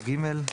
או (ג).